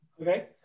Okay